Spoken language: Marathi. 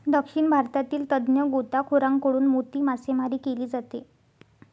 दक्षिण भारतातील तज्ञ गोताखोरांकडून मोती मासेमारी केली जाते